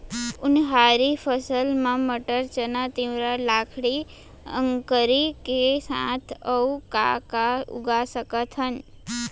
उनहारी फसल मा मटर, चना, तिंवरा, लाखड़ी, अंकरी के साथ अऊ का का उगा सकथन?